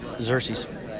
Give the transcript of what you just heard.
Xerxes